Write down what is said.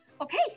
Okay